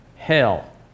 hell